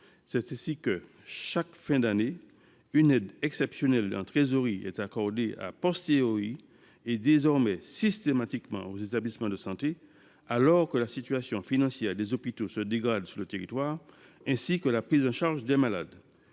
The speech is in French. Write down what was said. C’est ainsi que, chaque fin d’année, une aide exceptionnelle en trésorerie est accordée et désormais systématiquement aux établissements de santé, alors que la situation financière des hôpitaux se dégrade sur le territoire, ainsi que la prise en charge des malades.